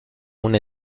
una